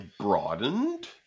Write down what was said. broadened